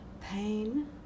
pain